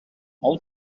all